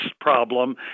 problem